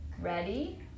Ready